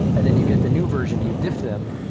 and then you get the new version. you diff them,